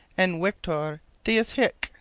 en victor! deus hic,